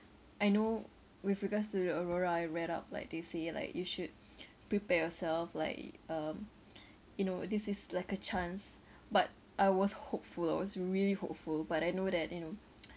I know with regards to the aurora I read up like they say like you should prepare yourself like um you know this is like a chance but I was hopeful I was really hopeful but I know that you know